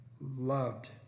loved